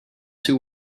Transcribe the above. too